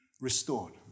restored